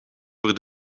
voor